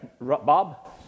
Bob